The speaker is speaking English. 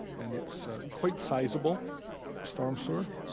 and it's a quite sizable storm sewer.